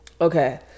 Okay